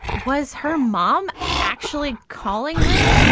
was her mom actually calling her?